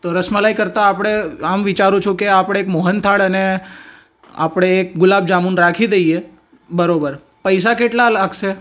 તો રસમલાઈ કરતાં આપણે આમ વિચારું છું કે આપણે એક મોહનથાળ અને આપણે એક ગુલાબજામુન રાખી દઈએ બરોબર પૈસા કેટલા લાગશે